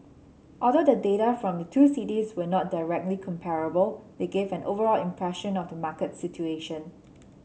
although the data from the two cities are not directly comparable they give an overall impression of the market situation